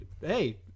Hey